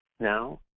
Now